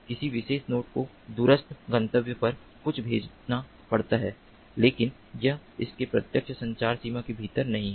किसी विशेष नोड को दूरस्थ गंतव्य पर कुछ भेजना पड़ता है लेकिन यह इसके प्रत्यक्ष संचार सीमा के भीतर नहीं है